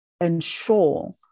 ensure